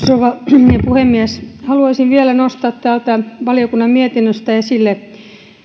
rouva puhemies haluaisin vielä nostaa täältä valiokunnan mietinnöstä esille